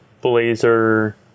blazer